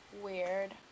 Weird